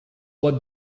what